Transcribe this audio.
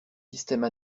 systèmes